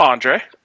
Andre